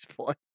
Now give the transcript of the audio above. point